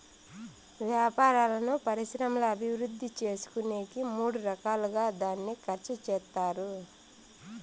వ్యాపారాలను పరిశ్రమల అభివృద్ధి చేసుకునేకి మూడు రకాలుగా దాన్ని ఖర్చు చేత్తారు